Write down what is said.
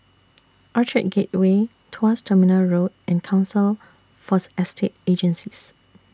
Orchard Gateway Tuas Terminal Road and Council Force Estate Agencies